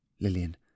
Lillian